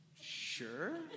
Sure